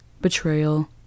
betrayal